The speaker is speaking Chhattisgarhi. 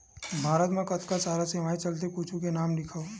भारत मा कतका सारा सेवाएं चलथे कुछु के नाम लिखव?